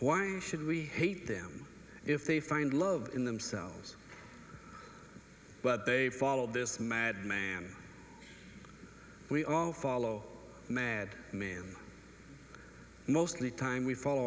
why should we hate them if they find love in themselves but they follow this madman we all follow mad men mostly time we follow